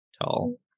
tall